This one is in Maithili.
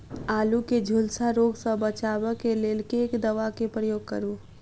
आलु केँ झुलसा रोग सऽ बचाब केँ लेल केँ दवा केँ प्रयोग करू?